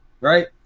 right